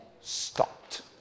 stopped